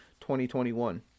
2021